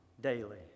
daily